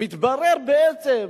מתברר בעצם,